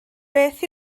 beth